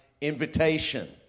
invitation